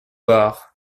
barre